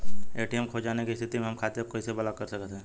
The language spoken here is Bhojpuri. ए.टी.एम खो जाने की स्थिति में हम खाते को कैसे ब्लॉक कर सकते हैं?